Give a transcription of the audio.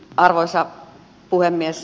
arvoisa puhemies